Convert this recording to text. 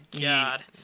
God